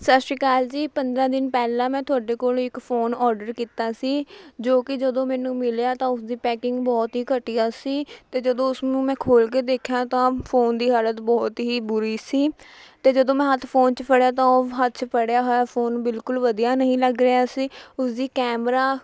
ਸਤਿ ਸ਼੍ਰੀ ਅਕਾਲ ਜੀ ਪੰਦਰਾਂ ਦਿਨ ਪਹਿਲਾਂ ਮੈਂ ਤੁਹਾਡੇ ਕੋਲ਼ ਇੱਕ ਫ਼ੋਨ ਔਡਰ ਕੀਤਾ ਸੀ ਜੋ ਕਿ ਜਦੋਂ ਮੈਨੂੰ ਮਿਲਿਆ ਤਾਂ ਉਸਦੀ ਪੈਕਿੰਗ ਬਹੁਤ ਹੀ ਘਟੀਆ ਸੀ ਅਤੇ ਜਦੋਂ ਉਸਨੂੰ ਮੈਂ ਖੋਲ੍ਹ ਕੇ ਦੇਖਿਆ ਤਾਂ ਫ਼ੋਨ ਦੀ ਹਾਲਤ ਬਹੁਤ ਹੀ ਬੁਰੀ ਸੀ ਅਤੇ ਜਦੋਂ ਮੈਂ ਹੱਥ ਫ਼ੋਨ 'ਚ ਫੜਿਆ ਤਾਂ ਉਹ ਹੱਥ 'ਚ ਫੜਿਆ ਹੋਇਆ ਫ਼ੋਨ ਬਿਲਕੁਲ ਵਧੀਆ ਨਹੀਂ ਲੱਗ ਰਿਹਾ ਸੀ ਉਸਦੀ ਕੈਮਰਾ